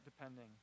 depending